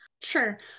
Sure